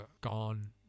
gone